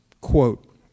Quote